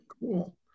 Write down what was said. Cool